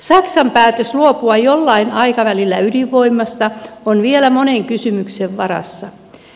saksan päätös luopua jollain aikavälillä ydinvoimasta on vielä monen kysymyksen varassa